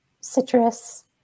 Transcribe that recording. citrus